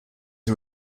are